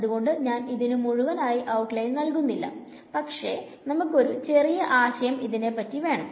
അതുകൊണ്ട് ഞാൻ ഇതിനു മുഴുവനായി ഔട്ട്ലൈൻ നൽകുന്നില്ല പക്ഷെ നമുക്ക് ഒരു ചെറിയ ആശയം ഇതിനെപ്പറ്റി വേണം